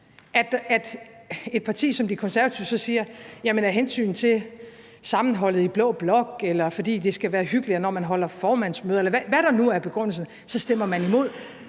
udenlandsk arbejdskraft, så siger, at af hensyn til sammenholdet i blå blok, eller fordi det skal være hyggeligt, når man holder formandsmøder, eller hvad der nu er begrundelsen, så stemmer man imod.